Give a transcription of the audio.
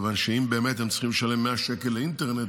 מכיוון שאם באמת הם צריכים לשלם 100 שקל לאינטרנט,